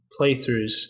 playthroughs